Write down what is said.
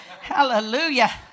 Hallelujah